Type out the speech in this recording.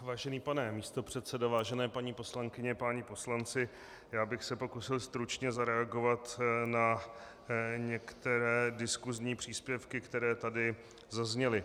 Vážený pane místopředsedo, vážené paní poslankyně, páni poslanci, já bych se pokusil stručně zareagovat na některé diskusní příspěvky, které tady zazněly.